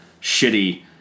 shitty